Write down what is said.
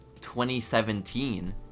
2017